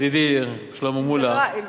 ידידי שלמה מולה,